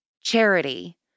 charity